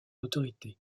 autorité